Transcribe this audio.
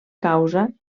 causa